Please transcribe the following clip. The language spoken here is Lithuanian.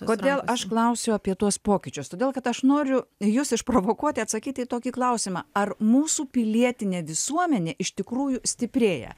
kodėl aš klausiu apie tuos pokyčius todėl kad aš noriu jus išprovokuoti atsakyti į tokį klausimą ar mūsų pilietinė visuomenė iš tikrųjų stiprėja